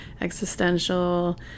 existential